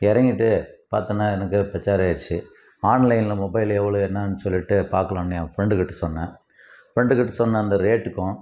இறங்கிட்டு பார்த்தோன்னா எனக்கே பேஜார் ஆயிருச்சு ஆன்லைன்ல மொபைல் எவ்வளோ என்னன்னு சொல்லிட்டு பார்க்கலான்னு என் ஃப்ரெண்டுக்கிட்ட சொன்னேன் ஃப்ரெண்டுக்கிட்ட சொன்ன அந்த ரேட்டுக்கும்